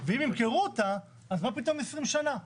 ואם ימכרו אז מה פתאום 20 שנה?